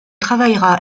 travaillera